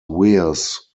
wears